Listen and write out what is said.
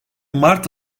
mart